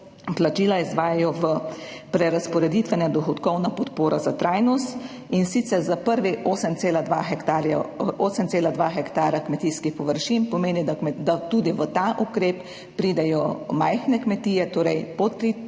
plačila izvajajo v prerazporeditve, dohodkovna podpora za trajnost, in sicer za prvi 8,2 hektarja kmetijskih površin, kar pomeni, da tudi v ta ukrep pridejo majhne kmetije, torej pod 3